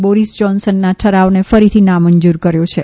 Boris જહોન્સનના ઠરાવ ઠરાવને ફરીથી નામંજુર કર્યો છે